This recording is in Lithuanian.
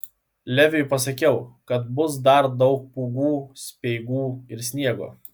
leviui pasakiau kad bus dar daug pūgų speigų ir sniego